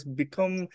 become